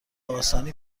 آسانی